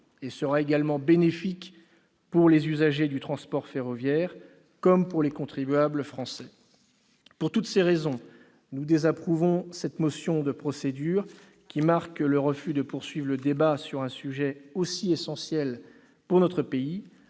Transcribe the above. et sera également bénéfique aux usagers du transport ferroviaire comme aux contribuables français. Pour toutes ces raisons, nous désapprouvons cette motion de procédure, qui marque le refus de poursuivre le débat sur un sujet essentiel pour notre pays.